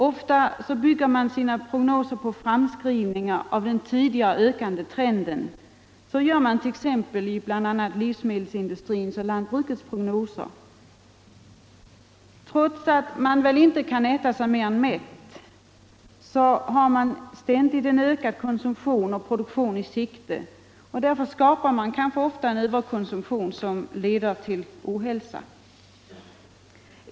Ofta bygger man sina prognoser på framskrivningar av den tidigare ökande trenden; så gör man t.ex. i livsmedelsindustrins och lantbrukets prognoser. Trots att människor väl inte kan äta sig mer än mätta, har man ständigt ökad konsumtion och produktion i sikte, och därför skapar man kanske ofta en överkonsumtion som leder till ohälsa.